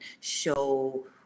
show